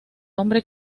hombre